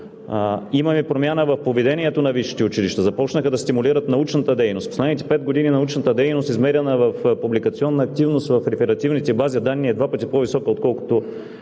Имаме промяна в поведението на висшите училища. Започнаха да стимулират научната дейност. В последните пет години научната дейност, измерена в публикационна активност, в реферативните бази данни е два пъти по-висока, отколкото